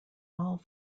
all